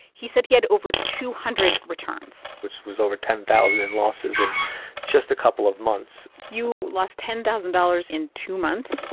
he said he had over two hundred returns which was over ten thousand in losses in just a couple of months you lost ten thousand dollars in two months?